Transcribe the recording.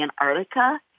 Antarctica